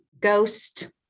ghost